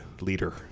leader